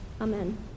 Amen